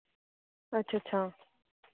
अच्छा अच्छा